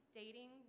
dating